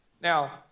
Now